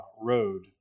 road